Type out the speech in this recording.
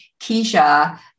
Keisha